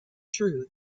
true